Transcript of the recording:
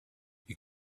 you